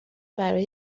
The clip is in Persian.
برای